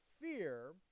fear